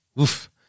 Oof